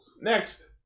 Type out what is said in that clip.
Next